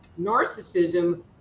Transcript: narcissism